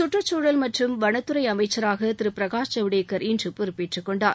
சுற்றுச்சூழல் மற்றும் வனத்துறை அமைச்சராக திரு பிரகாஷ் ஜவ்டேக்கர் இன்று பொறுப்பேற்றுக்கொண்டார்